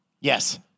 Yes